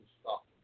stop